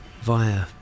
via